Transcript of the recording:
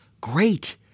great